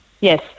Yes